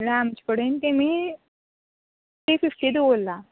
म्हणल्यार आमचे कडेन तेमी त्री फिफ्टी दवरला